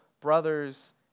brothers